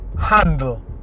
handle